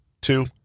Two